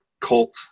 cult